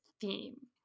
theme